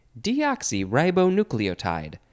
Deoxyribonucleotide